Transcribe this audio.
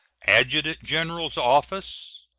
adjutant-general's office,